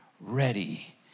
ready